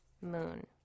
Moon